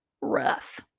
rough